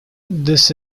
this